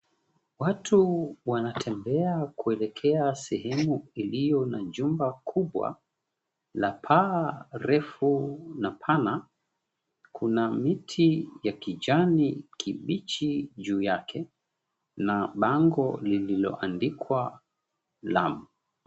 Watu wanatembea kuelekea sehemu iliyo na jumba kubwa la paa refu na pana. Kuna miti ya kijani kibichi juu yake, na bango lililoandikwa, "Lamu".